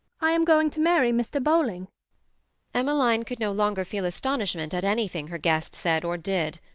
i am going to marry mr. bowling emmeline could no longer feel astonishment at anything her guest said or did.